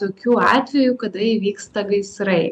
tokių atvejų kada įvyksta gaisrai